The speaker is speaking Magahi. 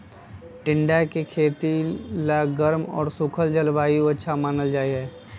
टिंडा के खेती ला गर्म और सूखल जलवायु अच्छा मानल जाहई